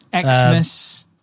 Xmas